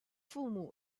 父母